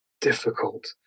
difficult